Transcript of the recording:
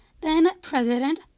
then-President